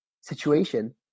situation